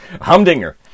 Humdinger